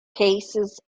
cases